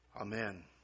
Amen